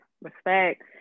respect